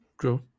true